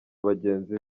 bagenzi